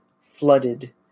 flooded